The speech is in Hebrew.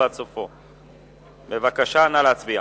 נא להצביע.